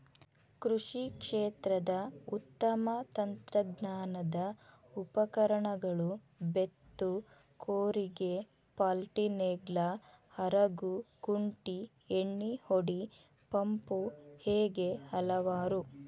ಕೃಷಿ ಕ್ಷೇತ್ರದ ಉತ್ತಮ ತಂತ್ರಜ್ಞಾನದ ಉಪಕರಣಗಳು ಬೇತ್ತು ಕೂರಿಗೆ ಪಾಲ್ಟಿನೇಗ್ಲಾ ಹರಗು ಕುಂಟಿ ಎಣ್ಣಿಹೊಡಿ ಪಂಪು ಹೇಗೆ ಹಲವಾರು